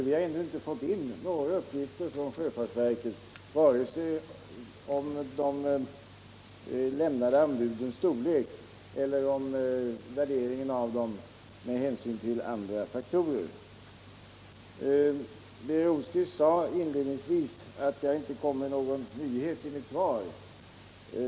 Vi har nämligen inte fått in några uppgifter från sjöfartsverket vare sig om de lämnade anbudens storlek eller om värderingen av dem med hänsyn till andra faktorer. Birger Rosqvist sade inledningsvis att jag inte kom med någon nyhet i mitt svar.